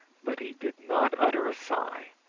but he did not utter a sigh.